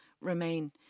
remain